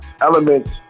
elements